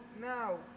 now